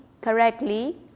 correctly